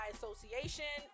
association